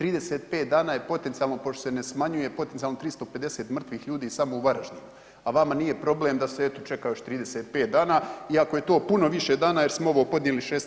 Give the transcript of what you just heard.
35 dana je potencijalno pošto se ne smanjuje potencijalno 350 mrtvih ljudi samo u Varaždinu, a vama nije problem da se eto čeka još 35 dana iako je to puno više dana, jer smo ovo podnijeli 16.09.